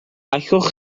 allwch